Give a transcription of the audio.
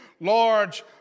large